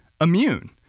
immune